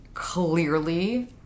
Clearly